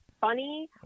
funny